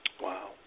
Wow